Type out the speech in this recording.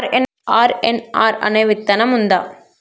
RNR అనే విత్తనం ఉందా?